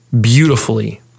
beautifully